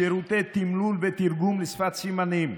שירותי תמלול ותרגום לשפת סימנים.